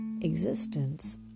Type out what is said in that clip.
existence